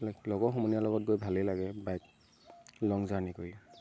লগৰ সমনীয়াৰ লগত গৈ ভালেই লাগে বাইক লং জাৰ্ণি কৰি